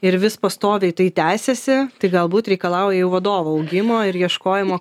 ir vis pastoviai tai tęsiasi tai galbūt reikalauja jau vadovo augimo ir ieškojimo ką aš